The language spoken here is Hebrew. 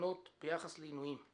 ומסקנות ביחס לעינויים.